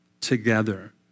together